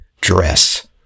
dress